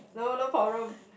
no no problem